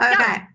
Okay